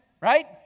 right